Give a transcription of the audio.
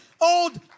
old